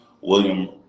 William